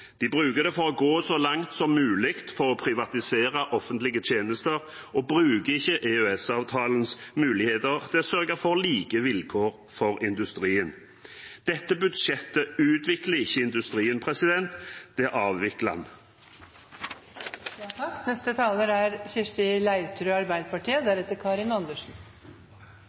Regjeringspartiene bruker dette handlingsrommet i helt andre sammenhenger enn folk flest prater om. De bruker det for å gå så langt som mulig for å privatisere offentlige tjenester og bruker ikke EØS-avtalens muligheter til å sørge for like vilkår for industrien. Dette budsjettet utvikler ikke industrien, det